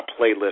playlist